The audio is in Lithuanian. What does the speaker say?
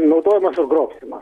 naudojimas ir grobstymas